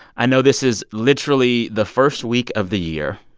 i know this is literally the first week of the year.